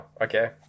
okay